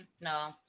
No